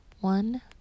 one